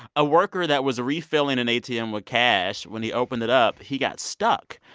a worker that was refilling an atm with cash, when he opened it up, he got stuck.